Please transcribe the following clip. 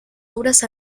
obras